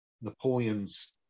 napoleons